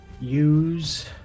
Use